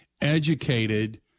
educated